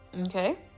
okay